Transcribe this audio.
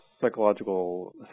psychological